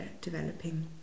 developing